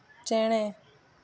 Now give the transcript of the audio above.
ᱪᱮᱬᱮ